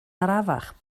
arafach